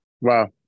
Wow